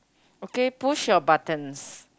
okay push your buttons